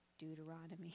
Deuteronomy